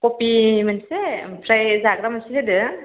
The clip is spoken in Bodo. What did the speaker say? कपि मोनसे आमफ्राय जाग्रा मोनसे होदो